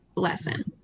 lesson